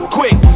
quick